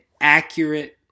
accurate